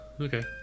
Okay